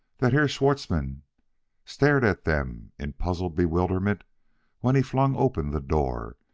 that herr schwartzmann stared at them in puzzled bewilderment when he flung open the door,